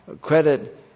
credit